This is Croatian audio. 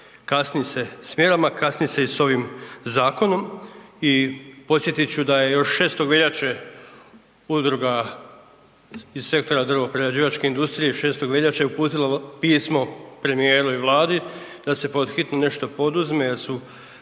Kasni se s mjerama, kasni se i s ovim zakonom i podsjetit ću da je još 6. veljače udruga iz Sektora drvoprerađivačke industrije 6. veljače uputila pismo premijeru i Vladi da se pod hitno nešto poduzme da su